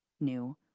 new